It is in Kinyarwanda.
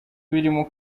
birimo